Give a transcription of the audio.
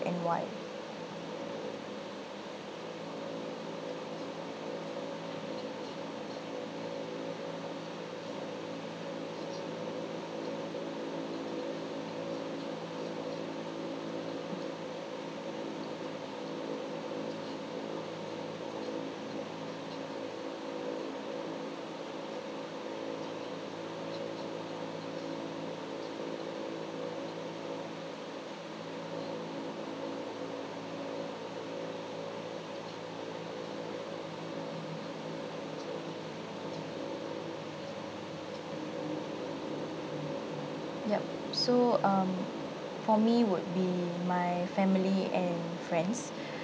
and why yup so um for me would be my family and friends